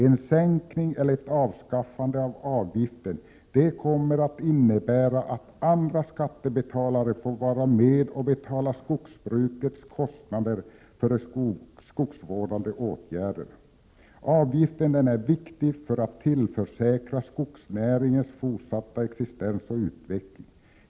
En sänkning eller ett avskaffande av avgiften kommer att innebära att andra skattebetalare får vara med och betala skogsbrukets kostnader för de skogsvårdande åtgärderna. Avgiften är viktig för att tillförsäkra skogsnäringen fortsatt existens och utveckling.